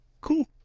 Cool